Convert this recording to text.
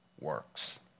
works